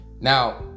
now